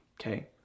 okay